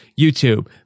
youtube